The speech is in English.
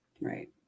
right